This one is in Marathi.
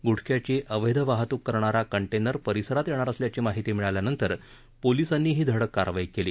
गुटख्याची अवेध वाहतूक करणारा कंटनेर परिसरात येणार असल्याची माहिती मिळाल्यानंतर पोलिसांनी ही धडक कारवाई केली